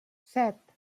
set